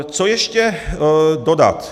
Co ještě dodat?